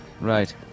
Right